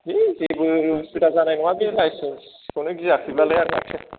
थलै जेबो उसुबिदा जानाय नङाबे लाइसेन्सखौनो गियाखैब्लालाय आर माथो